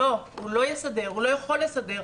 לא, הוא לא יסדר, הוא לא יכול לסדר.